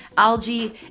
algae